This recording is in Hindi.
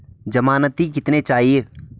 ज़मानती कितने चाहिये?